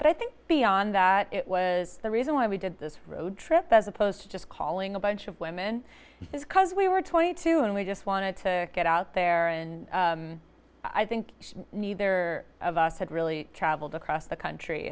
but i think beyond that it was the reason why we did this road trip as opposed to just calling a bunch of women just because we were twenty two and we just wanted to get out there and i think neither of us had really traveled across the country